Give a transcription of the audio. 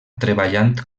treballant